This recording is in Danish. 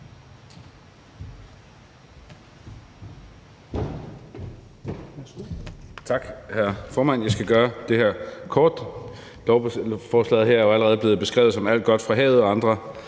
Tak, hr. formand. Jeg skal gøre det her kort. Lovforslaget her er jo allerede blevet beskrevet som alt godt fra havet og andre